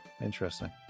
interesting